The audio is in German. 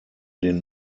den